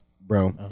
Bro